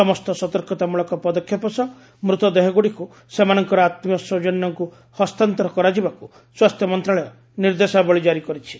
ସମସ୍ତ ସତର୍କତାମ୍ବଳକ ପଦକ୍ଷେପ ସହ ମୃତ ଦେହଗୁଡ଼ିକୁ ସେମାନଙ୍କର ଆତ୍ମୀୟ ସ୍ୱଜନ୍ୟଙ୍କୁ ହସ୍ତାନ୍ତର କରାଯିବାକୁ ସ୍ୱାସ୍ଥ୍ୟ ମନ୍ତ୍ରଣାଳୟ ନିର୍ଦ୍ଦେଶାବଳୀ ଜାରି କରିଛି